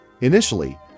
Initially